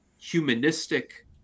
humanistic